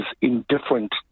indifferent